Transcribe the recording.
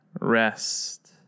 rest